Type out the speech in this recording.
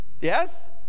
Yes